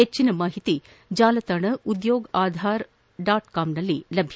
ಹೆಚ್ಚಿನ ಮಾಹಿತಿ ಜಾಲತಾಣ ಉದ್ಯೋಗ್ ಆಧಾರ್ ಡಾಟ್ ಕಾಂನಲ್ಲಿ ಲಭ್ಯ